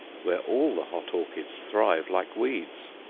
where all the hot orchids thrive like weeds.